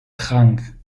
krank